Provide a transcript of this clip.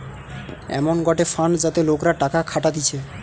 এমন গটে ফান্ড যাতে লোকরা টাকা খাটাতিছে